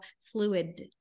fluid